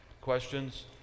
questions